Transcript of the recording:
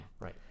Right